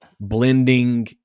blending